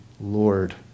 Lord